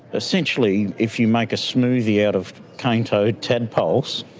essentially if you make a smoothie out of cane toad tadpoles,